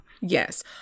yes